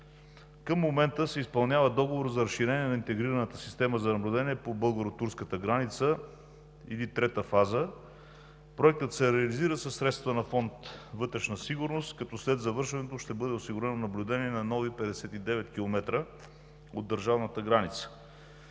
Към момента се изпълнява договор за разширение на интегрираната система за наблюдение по българо-турската граница или Трета фаза. Проектът се реализира със средствата на Фонд „Вътрешна сигурност“, като след завършването ще бъде осигурено наблюдение на нови 59 км от държавната граница.